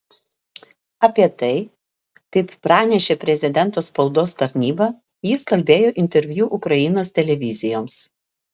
apie tai kaip pranešė prezidento spaudos tarnyba jis kalbėjo interviu ukrainos televizijoms